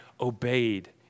obeyed